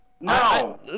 No